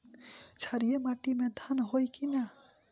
क्षारिय माटी में धान होई की न?